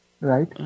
right